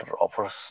offers